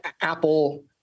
Apple